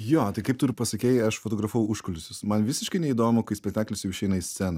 jo tai kaip tu ir pasakei aš fotografavau užkulisius man visiškai neįdomu kai spektaklis jau išeina į sceną